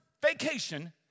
vacation